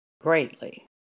greatly